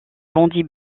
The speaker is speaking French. vendit